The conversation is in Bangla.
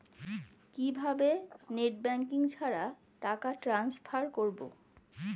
কিভাবে নেট ব্যাঙ্কিং ছাড়া টাকা ট্রান্সফার করবো?